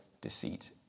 deceit